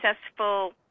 successful